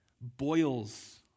boils